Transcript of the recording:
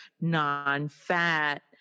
non-fat